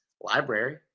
library